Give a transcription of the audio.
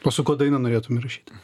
o su kuo dainą norėtum įrašyti